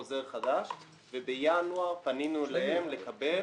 חוזר חדש, ובינואר 2018 פנינו אליהן לקבל